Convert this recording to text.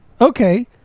Okay